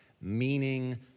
meaning